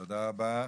תודה רבה.